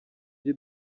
the